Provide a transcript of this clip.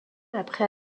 après